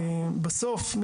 בסוף,